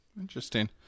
Interesting